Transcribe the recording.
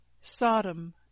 Sodom